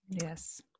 Yes